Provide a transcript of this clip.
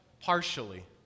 partially